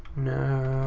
no,